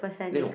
aye no